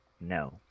No